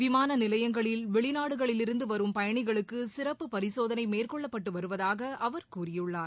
விமான நிலையங்களில் வெளிநாடுகளிலிருந்து வரும் பயணிகளுக்கு சிறப்பு பரிசோதனை மேற்கொள்ளப்பட்டு வருவதாக அவர் கூறியுள்ளார்